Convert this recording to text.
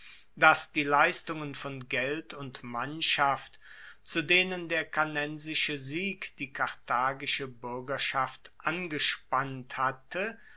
dass die leistungen von geld und mannschaft zu denen der cannensische sieg die karthagische buergerschaft angespannt hatte